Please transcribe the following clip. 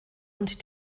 und